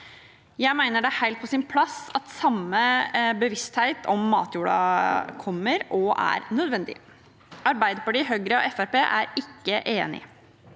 Jeg mener det er helt på sin plass at samme bevissthet om matjorda kommer inn og er nødvendig. Arbeiderpartiet, Høyre og Fremskrittspartiet